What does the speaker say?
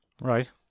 Right